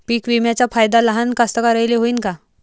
पीक विम्याचा फायदा लहान कास्तकाराइले होईन का?